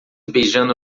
beijando